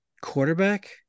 Quarterback